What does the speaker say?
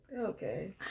okay